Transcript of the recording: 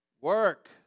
Work